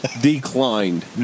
declined